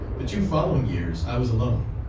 the two following years i was alone.